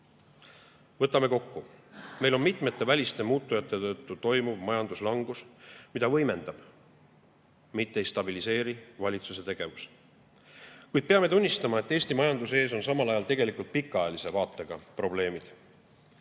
Võtame kokku. Meil on mitmete väliste muutujate tõttu toimuv majanduslangus, mida võimendab, mitte ei [hoia kontrolli all] valitsuse tegevus. Kuid peame tunnistama, et Eesti majanduse ees on samal ajal tegelikult pikaajalise vaatega probleemid.